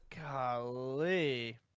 Golly